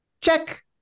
Check